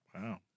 Wow